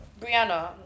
Brianna